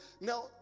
now